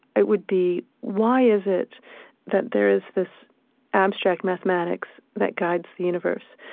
it would be, why is it that there is this abstract mathematics that guides the universe?